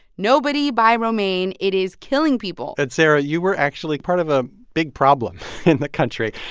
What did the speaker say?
nobody buy romaine. it is killing people and, sarah, you were actually part of a big problem in the country.